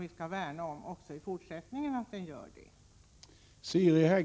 Vi skall värna om den och se till att kvaliteten även i fortsättningen är